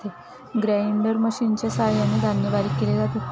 grinder मशिनच्या सहाय्याने धान्य बारीक केले जाते